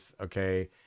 okay